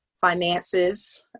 finances